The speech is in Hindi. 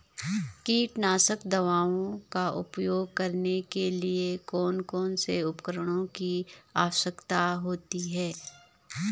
कीटनाशक दवाओं का उपयोग करने के लिए कौन कौन से उपकरणों की आवश्यकता होती है?